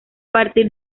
partir